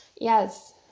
yes